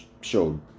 showed